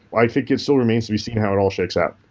i think it still remains to be seen how it all shakes out.